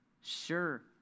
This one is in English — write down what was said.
sure